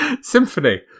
Symphony